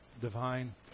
divine